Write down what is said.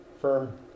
firm